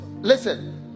listen